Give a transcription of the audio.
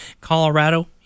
Colorado